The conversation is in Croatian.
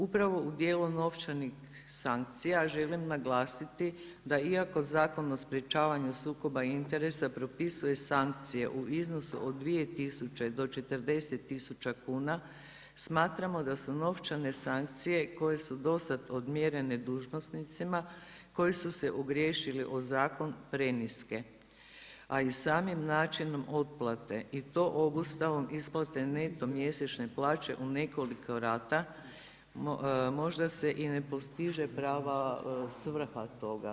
Upravo u dijelu novčanih sankcija želim naglasiti da iako Zakon o sprječavanju sukoba interesa propisuje sankcije u iznosu od 2000 do 40000 kuna smatramo da su novčane sankcije koje su do sad odmjerene dužnosnicima koji su se ogriješili o zakon preniske, a i samim načinom otplate i to obustavom isplate neto mjesečne plaće u nekoliko rata možda se i ne postiže prava svrha toga.